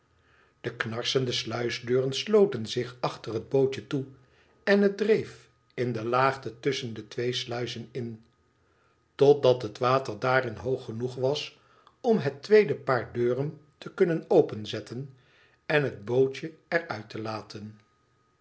de knarsende sluisdeuren sloten zich achter het bootje toe en het dreef in de laagte tusschen de twee sluizen in totdat het water daarin hoog genoeg was om het tweede paar deuren te kunnen openzetten en het bootje er uit te laten